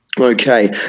Okay